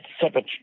separate